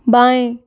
बायें